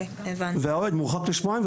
והאוהד מורחק לשבועיים,